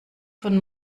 von